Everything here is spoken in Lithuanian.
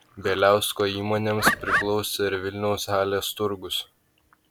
bieliausko įmonėms priklausė ir vilniaus halės turgus